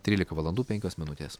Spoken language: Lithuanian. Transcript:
trylika valandų penkios minutės